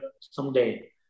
someday